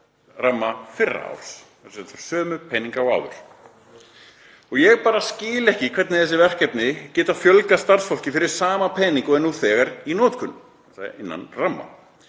ramma fyrra árs, sem sagt sömu peningar og áður. Ég bara skil ekki hvernig þessi verkefni geta fjölgað starfsfólki fyrir sama pening og er nú þegar í notkun, þ.e. innan ramma.